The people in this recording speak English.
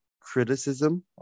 criticism